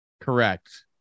Correct